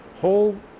whole